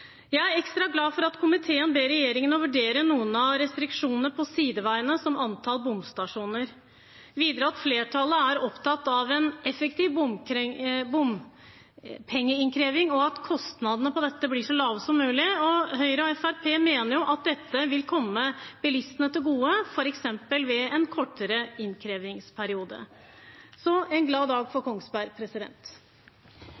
Jeg er ekstra glad for at komiteen ber regjeringen om å vurdere noen av restriksjonene på sideveiene – som antall bomstasjoner – og videre, at flertallet er opptatt av en effektiv bompengeinnkreving, og at kostnadene for dette blir så lave som mulig. Høyre og Fremskrittspartiet mener at dette vil komme bilistene til gode, f.eks. gjennom en kortere innkrevingsperiode. En glad dag for Kongsberg!